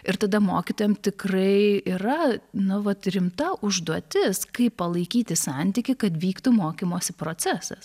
ir tada mokytojam tikrai yra nu vat rimta užduotis kaip palaikyti santykį kad vyktų mokymosi procesas